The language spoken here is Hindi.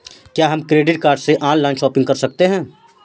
क्या हम क्रेडिट कार्ड से ऑनलाइन शॉपिंग कर सकते हैं?